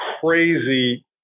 crazy